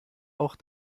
auch